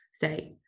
say